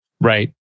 Right